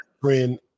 friend